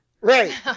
right